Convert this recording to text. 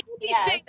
Yes